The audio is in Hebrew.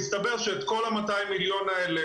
מסתבר שאת כל ה-200 מיליון האלה,